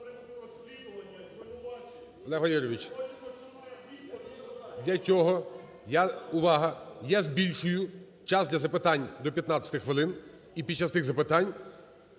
для цього… Увага! Я збільшую час для запитань до 15 хвилин. І під час тих запитань